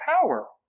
power